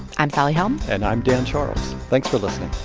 i'm sally helm and i'm dan charles. thanks for listening